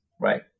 right